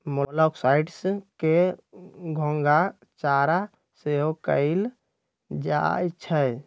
मोलॉक्साइड्स के घोंघा चारा सेहो कहल जाइ छइ